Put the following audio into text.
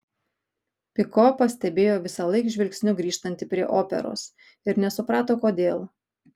piko pastebėjo visąlaik žvilgsniu grįžtanti prie operos ir nesuprato kodėl